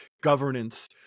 governance